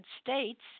states